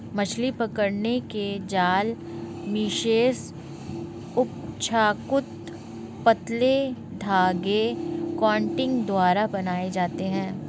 मछली पकड़ने के जाल मेशेस अपेक्षाकृत पतले धागे कंटिंग द्वारा बनाये जाते है